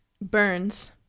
Burns